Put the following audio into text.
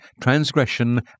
transgression